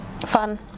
Fun